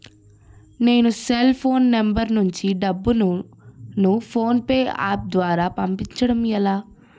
నేను cell phone number నుంచి డబ్బును ను ఫోన్పే అప్ ద్వారా పంపించడం ఎలా?